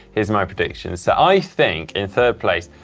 here's my prediction. so i think in third place,